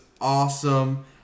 awesome